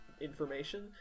information